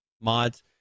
mods